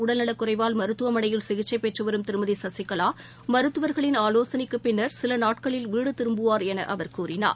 உடல்நலக் குறைவால் மருத்துவமனையில் சிகிச்சைபெற்றுவரும் திருமதிசசிகளா மருத்துவர்களின் ஆலோசனைக்குப் பின்னர் சிலநாட்களில் வீடுதிரும்புவார் எனஅவர் கூறினார்